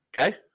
Okay